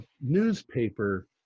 newspaper